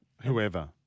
whoever